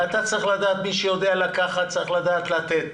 אתה צריך לדעת שמי שיודע לקחת, צריך לדעת לתת.